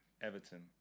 Everton